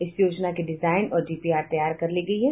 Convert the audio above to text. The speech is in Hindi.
इस योजना की डिजाईन और डीपीआर तैयार कर ली गयी है